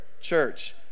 Church